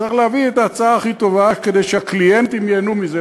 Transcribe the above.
צריך להביא את ההצעה הכי טובה כדי שהקליינטים ייהנו מזה,